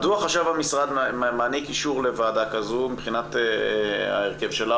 מדוע חשב המשרד מעניק אישור לוועדה כזו מבחינת ההרכב שלה,